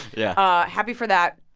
yeah happy for that.